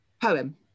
poem